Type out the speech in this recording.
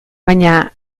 baina